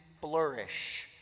flourish